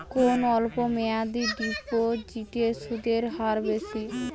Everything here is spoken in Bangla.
কোন অল্প মেয়াদি ডিপোজিটের সুদের হার বেশি?